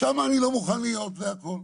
שם אני לא מוכן להיות, זה הכל.